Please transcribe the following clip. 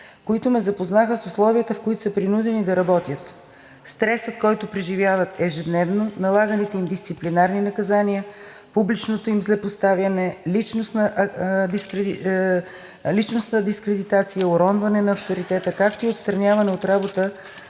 които ме запознаха с условията, в които са принудени да работят, стресът, който преживяват ежедневно, налаганите им дисциплинарни наказания, публичното им злепоставяне, личностна дискредитация и уронване на авторитета, както и отстраняване от работа